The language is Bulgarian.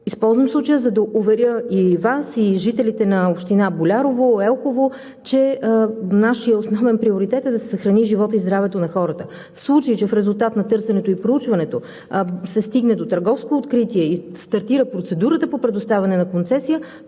Използвам случая, за да уверя и Вас, и жителите на община Болярово, на община Елхово, че нашият основен приоритет е да се съхрани животът и здравето на хората. В случай че в резултат на търсенето и проучването се стигне до търговско откритие и стартира процедурата по предоставяне на концесия,